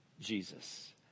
Jesus